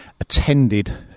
attended